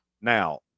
now